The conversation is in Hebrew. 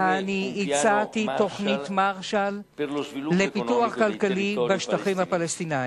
הצעתי "תוכנית מרשל" לפיתוח כלכלי בשטחים הפלסטיניים.